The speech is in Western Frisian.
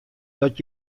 dat